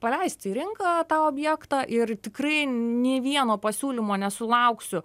paleisti į rinką tą objektą ir tikrai nė vieno pasiūlymo nesulauksiu